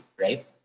right